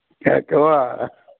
काय केव्हा